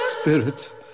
Spirit